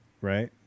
right